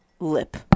lip